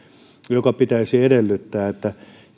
että pitäisi edellyttää että